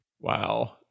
Wow